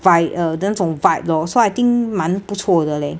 vi~ uh the 那种 vibe lor so I think 蛮不错的